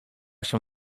się